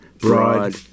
Broad